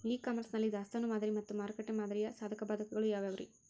E commerce ನಲ್ಲಿ ದಾಸ್ತಾನು ಮಾದರಿ ಮತ್ತ ಮಾರುಕಟ್ಟೆ ಮಾದರಿಯ ಸಾಧಕ ಬಾಧಕಗಳ ಯಾವವುರೇ?